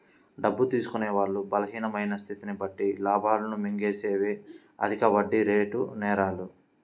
డబ్బు తీసుకునే వాళ్ళ బలహీనమైన స్థితిని బట్టి లాభాలను మింగేసేవే అధిక వడ్డీరేటు నేరాలు